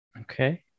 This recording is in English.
Okay